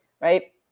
Right